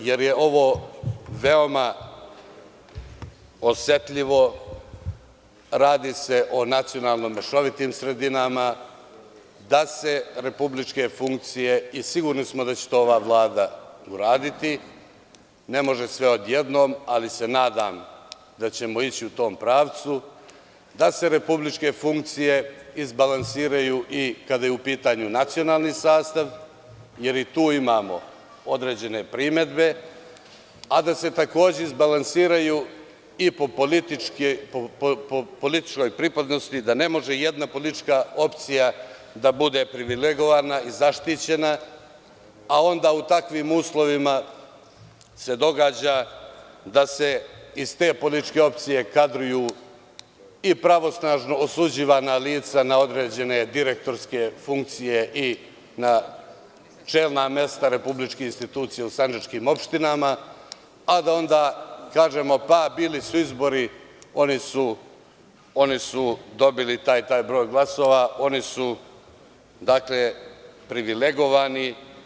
Mi tražimo, jer je ovo veoma osetljivo, radi se o nacionalno-mešovitim sredinama, da se republičke funkcije, i sigurni smo da će to ova Vlada uraditi, ne može sve odjednom, ali se nadam da ćemo ići u tom pravcu, da se republičke funkcije izbalansiraju i kada je u pitanju nacionalni sastav, jer i tu imamo određene primedbe, a da se takođe izbalansiraju i po političkoj pripadnosti, da ne može jedna politička opcija da bude privilegovana i zaštićena, a onda u takvim uslovima se događa da se iz te političke opcije i kadruju i pravosnažno osuđivana lica na određene direktorske funkcije i na čelna mesta republičke institucije u sandžačkim opštinama, a da ondakažemo – pa, bili su izbori, oni su dobili taj i taj broj glasova, oni su privilegovani.